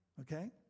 Okay